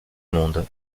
monde